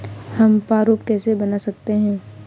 हम प्रारूप कैसे बना सकते हैं?